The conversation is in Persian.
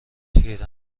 تیر